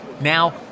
Now